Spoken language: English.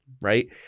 right